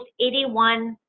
81